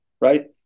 right